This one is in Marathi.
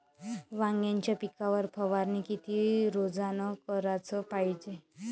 वांग्याच्या पिकावर फवारनी किती रोजानं कराच पायजे?